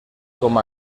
com